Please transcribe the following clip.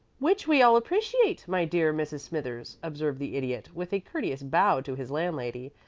which we all appreciate, my dear mrs. smithers, observed the idiot, with a courteous bow to his landlady.